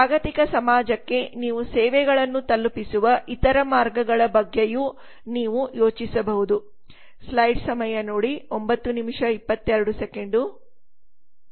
ಜಾಗತಿಕ ಸಮಾಜಕ್ಕೆ ನೀವು ಸೇವೆಗಳನ್ನು ತಲುಪಿಸುವ ಇತರ ಮಾರ್ಗಗಳ ಬಗ್ಗೆಯೂ ನೀವು ಯೋಚಿಸಬಹುದು